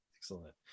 Excellent